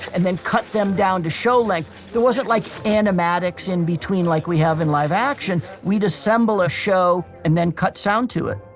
and then cut them down to show length there wasn't like animatics in between like we have in live-action. we'd assemble a show, and then cut sound to it